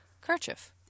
Kerchief